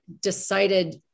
decided